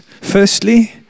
Firstly